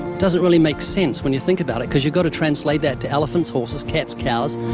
doesn't really make sense when you think about it, cause you go to translate that to elephants, horses, cats, cows,